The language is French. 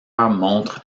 montre